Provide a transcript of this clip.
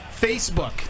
Facebook